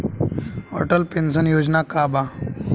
Atal pension योजना का बा?